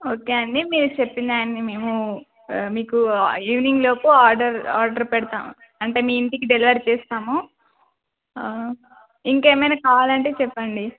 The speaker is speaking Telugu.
ఓకే అండి మీరు చెప్పినవి అన్ని మేము మీకు ఈవినింగ్లోపు ఆర్డర్ ఆర్డర్ పెడతాం అంటే మీ ఇంటికి డెలివరీ చేస్తాము ఇంకేమైనా కావాలంటే చెప్పండి